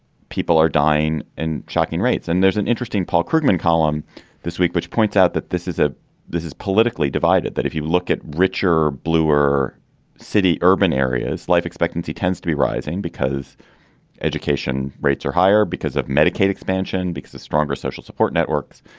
people are dying in shocking rates, and there's an interesting paul krugman column this week which points out that this is a this is politically divided, that if you look at richer, bluer city urban areas, life expectancy tends to be rising because education rates are higher because of medicaid expansion, because of stronger social support networks,